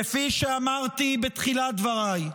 כפי שאמרתי בתחילת דבריי: